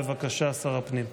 בבקשה, שר הפנים.